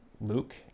luke